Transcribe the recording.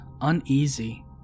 uneasy